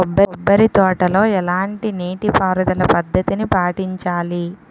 కొబ్బరి తోటలో ఎలాంటి నీటి పారుదల పద్ధతిని పాటించాలి?